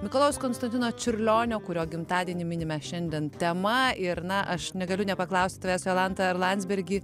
mikalojaus konstantino čiurlionio kurio gimtadienį minime šiandien tema ir na aš negaliu nepaklausti mes jolanta ar landsbergį